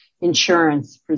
insurance